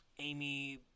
Amy